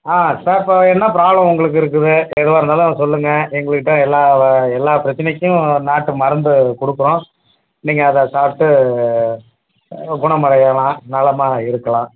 ஆ sir இப்போது என்ன problem உங்களுக்கு இருக்குது எதுவாக இருந்தாலும் அதை சொல்லுங்கள் எங்கள்கிட்ட எல்லா எல்லா பிரச்சனைக்கும் நாட்டு மருந்து கொடுக்குறோம் நீங்கள் அதை சாப்பிட்டு குணம் அடையலாம் நலமாக இருக்கலாம்